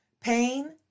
Pain